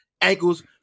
ankles